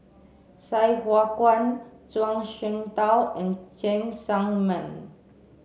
Sai Hua Kuan Zhuang Shengtao and Cheng Tsang Man